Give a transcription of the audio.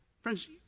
Friends